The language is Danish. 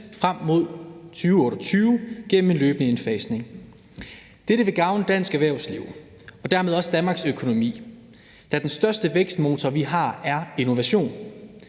frem mod 2028 gennem en løbende indfasning. Dette vil gavne dansk erhvervsliv og dermed også Danmarks økonomi, da den største vækstmotor, vi har, er innovation.